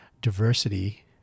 Diversity